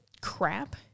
crap